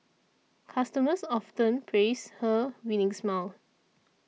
customers often praise her winning smile